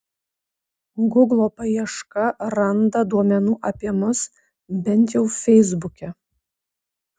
guglo paieška randa duomenų apie mus bent jau feisbuke